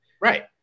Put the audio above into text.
right